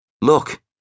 Look